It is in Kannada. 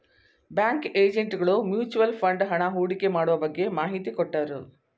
ಬ್ಯಾಂಕ್ ಏಜೆಂಟ್ ಗಳು ಮ್ಯೂಚುವಲ್ ಫಂಡ್ ಹಣ ಹೂಡಿಕೆ ಮಾಡುವ ಬಗ್ಗೆ ಮಾಹಿತಿ ಕೊಟ್ಟರು